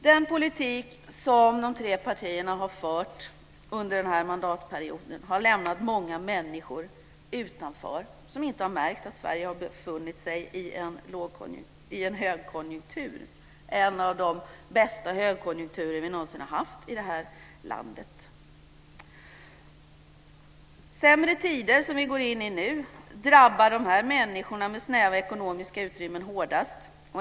Den politik som de tre partierna har fört under den här mandatperioden har lämnat många människor utanför, människor som inte har märkt att Sverige har befunnit sig i en högkonjunktur, en av de bästa högkonjunkturer som vi någonsin har haft i det här landet. Sämre tider, som vi går in i nu, drabbar de här människorna med snäva ekonomiska utrymmen hårdast.